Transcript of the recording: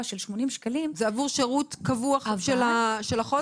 של 80 שקלים --- זה עבור שירות קבוע של החודש,